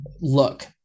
look